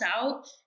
out